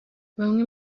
bamwe